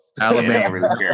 Alabama